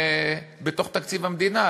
מחולקים בתוך תקציב המדינה?